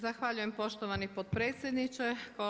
Zahvaljujem poštovani potpredsjedniče.